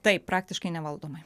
taip praktiškai nevaldomai